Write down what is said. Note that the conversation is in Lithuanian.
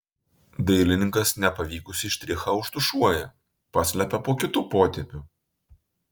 dailininkas nepavykusį štrichą užtušuoja paslepia po kitu potėpiu